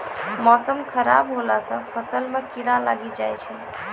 मौसम खराब हौला से फ़सल मे कीड़ा लागी जाय छै?